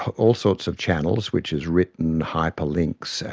all sorts of channels, which is written hyperlinks,